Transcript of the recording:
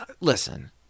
listen